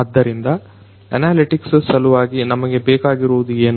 ಆದ್ದರಿಂದ ಅನಾಲಿಟಿಕ್ಸ್ ಸಲುವಾಗಿ ನಮಗೆ ಬೇಕಾಗಿರುವುದು ಏನು